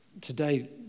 today